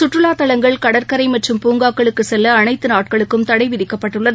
சுற்றுலாதலங்கள் கடற்கரைமற்றும் பூங்காக்களுக்குசெல்லஅனைத்துநாட்களுக்கும் தடைவிதிக்கப்பட்டுள்ளது